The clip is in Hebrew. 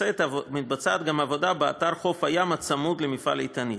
מתבצעת גם עבודה באתר חוף הים הצמוד למפעל "איתנית".